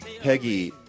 Peggy